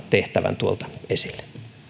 tehtävän tuolta esille